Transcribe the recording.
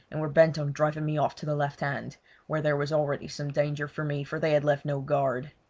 and were bent on driving me off to the left-hand, where there was already some danger for me, for they had left no guard.